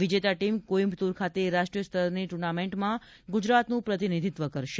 વિજેતા ટીમ કોઈમ્બતૂર ખાતે રાષ્ટ્રીય સ્તરની ટૂર્નામેન્ટમાં ગુજરાતનું પ્રતિનિધિત્વ કરશે